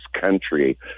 country